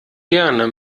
gerne